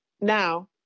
now